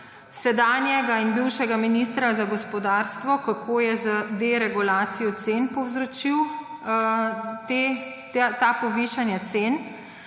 sedanjega in bivšega ministra za gospodarstvo, kako je z deregulacijo cen povzročil ta povišanja cen.